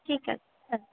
ঠিক আছে হ্যাঁ